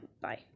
bye